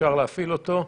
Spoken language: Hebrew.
אפשר להפעיל אותו.